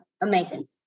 amazing